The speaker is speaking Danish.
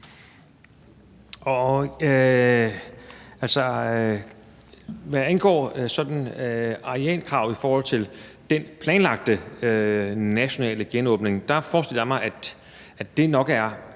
Hvad angår sådan arealkravet i forhold til den planlagte nationale genåbning, forestiller jeg mig, at det nok er